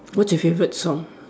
what's your favourite song